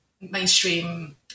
mainstream